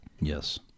Yes